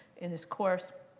in this course.